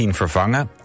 vervangen